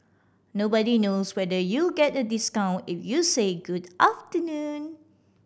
nobody knows whether you'll get a discount if you say good afternoon